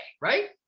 right